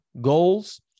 goals